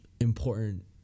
important